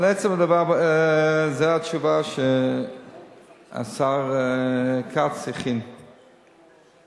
זו התשובה שהשר כץ הכין